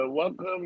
Welcome